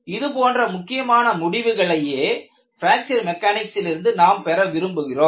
இது போன்ற முக்கியமான முடிவுகளையே பிராக்சர் மெக்கானிக்ஸிலிருந்து நாம் பெற விரும்புகிறோம்